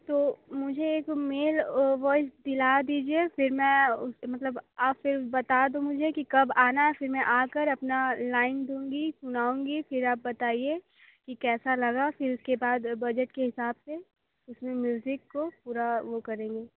तो मुझे एक मेल वॉइस दिला दीजिए फिर मैं उसके मतलब आप फिर बता दो मुझे कि कब आना है फिर मैं आ कर अपनी लाइन दूँगी सुनाऊँगी फिर आप बताइए कि कैसा लगा फिर उसके बाद बजट के हिसाब से उस में म्यूज़िक को पूरा वो करेंगे